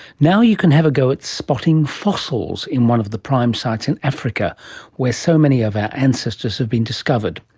now you can have a go at spotting fossils in one of the prime sites in africa where so many of our ancestors have been discovered.